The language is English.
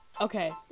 Okay